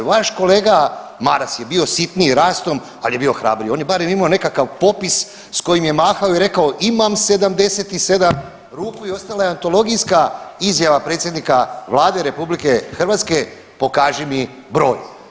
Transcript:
Vaš kolega Maras je bio sitniji rastom, ali je bio hrabriji, on je barem imao nekakav popis s kojim je mahao i rekao imam 77 ruku i ostala je antologijska izjava predsjednika vlade RH, pokaži mi broj.